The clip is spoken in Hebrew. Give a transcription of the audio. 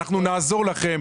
אנחנו נעזור להם,